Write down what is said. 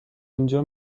اینجا